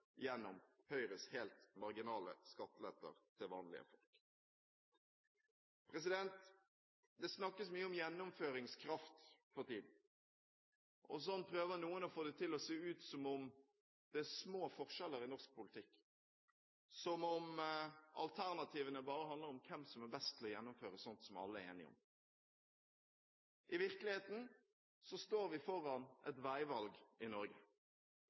gjennom Høyres helt marginale skatteletter til vanlige folk. Det snakkes mye om gjennomføringskraft for tiden. Så prøver noen å få det til å se ut som om det er små forskjeller i norsk politikk, som om alternativene bare handler om hvem som er best til å gjennomføre sånt som alle er enige om. I virkeligheten står vi foran et veivalg i Norge.